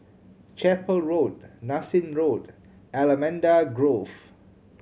Chapel Road Nassim Road Allamanda Grove